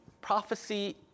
prophecy